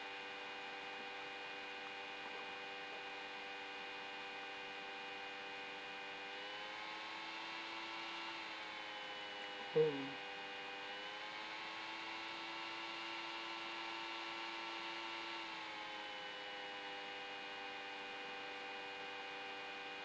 mm